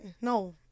no